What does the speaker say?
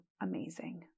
amazing